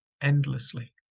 endlessly